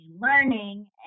learning